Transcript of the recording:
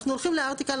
אנחנו הולכים לארטיקל,